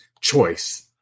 choice